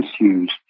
issues